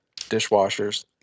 dishwashers